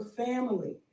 family